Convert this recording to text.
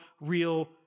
real